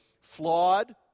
flawed